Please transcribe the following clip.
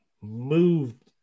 moved